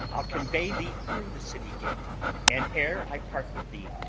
i'll convey thee through the city gate and, ere i part with thee,